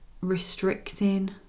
restricting